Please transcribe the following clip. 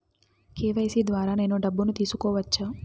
KYC ద్వారా నేను డబ్బును తీసుకోవచ్చా?